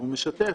הוא משתף,